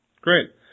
Great